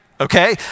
okay